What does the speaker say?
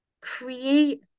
Create